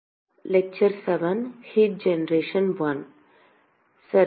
வெப்ப உருவாக்கம் ஐ விமானம் மற்றும் உருளை சுவர் சரி